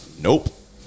Nope